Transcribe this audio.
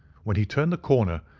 when he turned the corner,